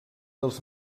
dels